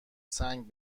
سنگ